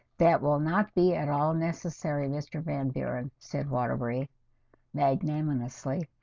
that will not be at all necessary, mr. van buren said waterbury magnum honestly,